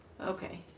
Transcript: Okay